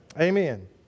amen